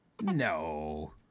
No